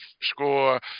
score